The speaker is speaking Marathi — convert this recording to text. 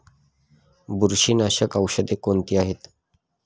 बुरशीनाशक औषधे कोणती आहेत?